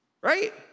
right